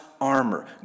armor